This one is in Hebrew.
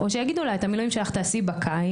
או שיגידו לה את המילואים שלך תעשי בקיץ.